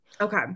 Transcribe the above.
Okay